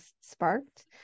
sparked